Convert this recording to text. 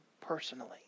personally